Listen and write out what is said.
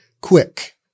quick